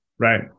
Right